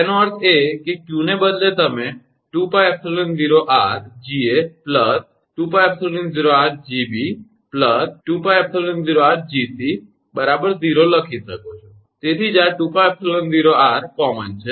તેનો અર્થ એ કે 𝑞 ને બદલે તમે 2𝜋𝜖𝑜𝑟𝐺𝑎 2𝜋𝜖𝑜𝑟𝐺𝑏 2𝜋𝜖𝑜𝑟𝐺𝑐 0 લખી શકો છો તેથી આ 2𝜋𝜖𝑜𝑟 સામાન્ય છે